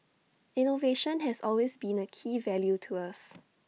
innovation has always been A key value to us